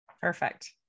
Perfect